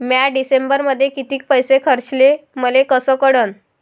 म्या डिसेंबरमध्ये कितीक पैसे खर्चले मले कस कळन?